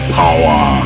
power